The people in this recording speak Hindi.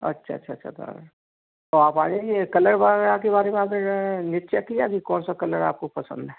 अच्छा अच्छा अच्छा तो और ताे आप आ जाइए कलर वग़ैरह के बारे में आप ने निश्चय किया कि कौन सा कलर आप को पसंद है